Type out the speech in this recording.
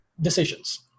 decisions